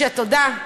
תודה.